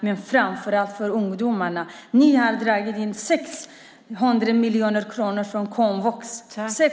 Särskilt gäller det ungdomarna. Man har bland annat dragit in 600 miljoner kronor från komvux.